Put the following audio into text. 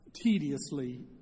tediously